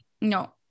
no